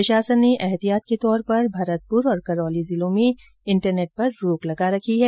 प्रशासन ने एतिहात के तौर पर भरतपुर और करौली जिले में इंटरनेट पर रोक लगा रखी है